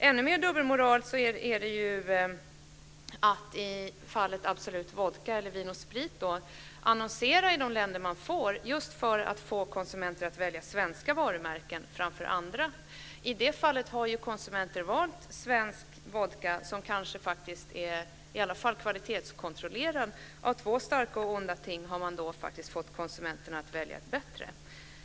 Ännu mer dubbelmoral är det när det gäller Vin & Sprit, som i fallet Absolut Vodka annonserar i de länder där de får göra det för att få konsumenter att välja svenska varumärken framför andra. I det fallet har konsumenter valt svensk vodka, som i alla fall är kvalitetskontrollerad. Av två starka och onda ting har man faktiskt fått konsumenterna att välja det bättre alternativet.